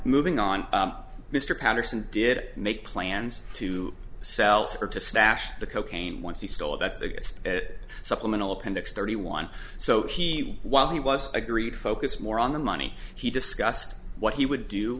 moving on mr patterson did make plans to sell or to stash the cocaine once he stole it that's a guess it supplemental appendix thirty one so he while he was agreed focus more on the money he discussed what he would do